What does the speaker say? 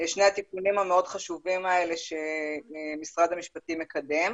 שני התיקונים המאוד חשובים האלה שמשרד המשפטים מקדם.